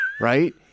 Right